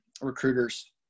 recruiters